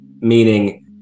meaning